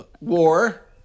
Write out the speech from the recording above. war